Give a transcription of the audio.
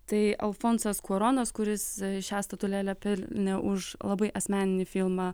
tai alfonsas kuaronas kuris šią statulėlę pelnė už labai asmeninį filmą